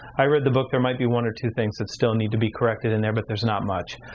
i read the book. there might be one or two things that still need to be corrected in there, but there's not much.